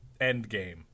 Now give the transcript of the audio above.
Endgame